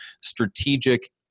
strategic